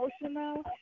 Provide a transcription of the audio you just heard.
emotional